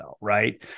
Right